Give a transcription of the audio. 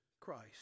Christ